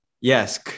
Yes